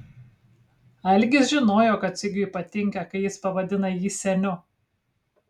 algis žinojo kad sigiui patinka kai jis pavadina jį seniu